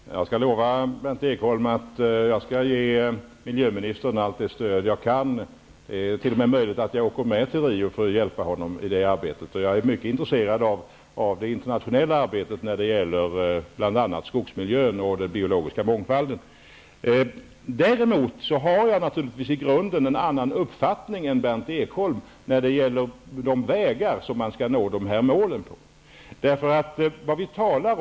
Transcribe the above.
Fru talman! Jag lovar Berndt Ekholm att jag skall ge miljöministern allt det stöd jag kan. Det är t.o.m. möjligt att jag åker med till Rio för att hjälpa honom i det arbetet. Jag är mycket intresserad av det internationella arbetet när det gäller bl.a. skogsmiljön och den biologiska mångfalden. Däremot har jag naturligtvis i grunden en annan uppfattning än Berndt Ekholm när det gäller vilka vägar man skall gå för att nå de här målen.